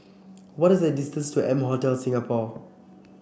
what is the distance to M Hotel Singapore